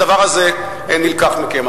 הדבר הזה נלקח מכם.